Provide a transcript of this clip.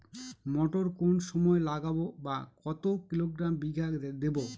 মটর কোন সময় লাগাবো বা কতো কিলোগ্রাম বিঘা দেবো?